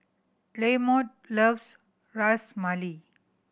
Lamont loves Ras Malai